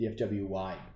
DFWY